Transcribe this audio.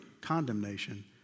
condemnation